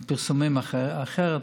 פרסומים אחרים,